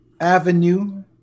Avenue